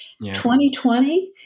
2020